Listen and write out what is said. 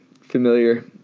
Familiar